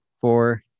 four